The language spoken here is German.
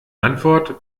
antwort